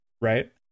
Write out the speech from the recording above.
right